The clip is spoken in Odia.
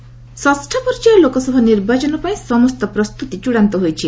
ପୋଲିଙ୍ଗ୍ ଷଷ୍ଠ ପର୍ଯ୍ୟାୟ ଲୋକସଭା ନିର୍ବାଚନ ପାଇଁ ସମସ୍ତ ପ୍ରସ୍ତୁତି ଚୃଡ଼ାନ୍ତ ହୋଇଛି